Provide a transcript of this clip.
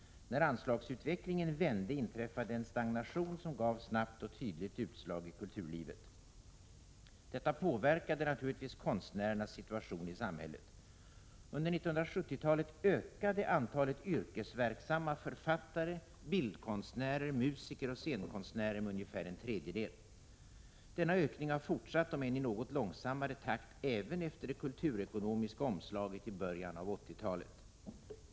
När anslagsutvecklingen vände inträffade en stagnation, som gav snabbt och tydligt utslag i kulturlivet. Detta påverkade naturligtvis konstnärernas situation i samhället. Under 1970-talet ökade antalet yrkesverksamma författare, bildkonstnärer, musiker och scenkonstnärer med ungefär en tredjedel. Denna ökning har fortsatt, om än i något långsammare takt, även efter det kulturekonomiska omslaget i början av 1980-talet.